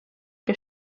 wir